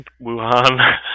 Wuhan